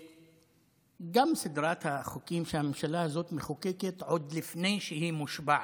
וגם סדרת החוקים שהממשלה הזאת מחוקקת עוד לפני שהיא מושבעת.